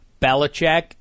Belichick